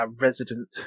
resident